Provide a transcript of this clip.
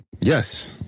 Yes